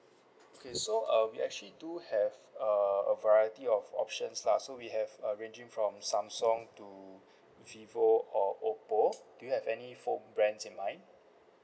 okay so uh we actually do have err a variety of options lah so we have a ranging from samsung to Vivo or Oppo do you have any phone brands in mind